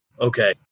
Okay